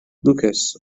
lucas